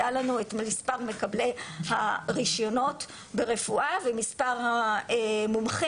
היה לנו את מספר מקבלי הרישיונות ברפואה ומספר המומחים,